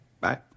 Bye